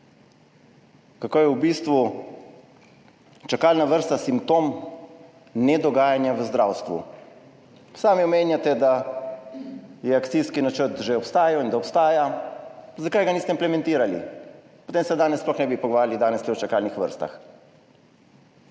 kako je v bistvu čakalna vrsta simptom ne-dogajanja v zdravstvu. Sami omenjate, da je akcijski načrt že obstajal in da obstaja. Zakaj ga niste implementirali? Potem se danes sploh ne bi pogovarjali danes tu o čakalnih vrstah.